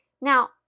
Now